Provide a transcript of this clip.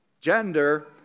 gender